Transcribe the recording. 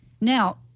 Now